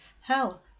Hell